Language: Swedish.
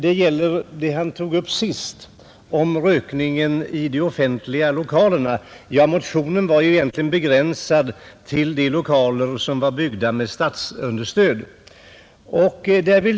Det gäller det han tog upp sist, om rökningen i de offentliga lokalerna. Motionen 761 är ju egentligen begränsad till lokaler som är byggda med statsunderstöd.